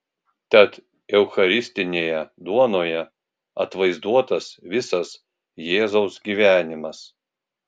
tad eucharistinėje duonoje atvaizduotas visas jėzaus gyvenimas